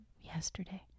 yesterday